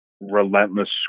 relentless